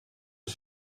est